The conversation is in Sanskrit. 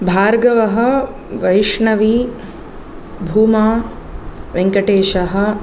भार्गवः वैष्णवी भूमा वेङ्कटेशः